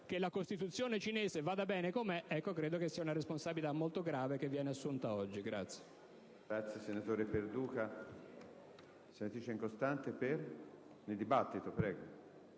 che la Costituzione cinese vada bene com'è credo sia una responsabilità molto grave che viene assunta oggi.